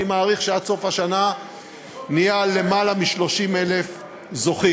אני מעריך שעד סוף השנה נהיה על למעלה מ-30,000 זוכים.